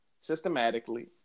Systematically